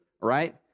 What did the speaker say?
right